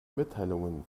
mitteilungen